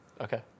Okay